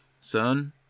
Son